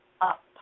up